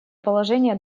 положение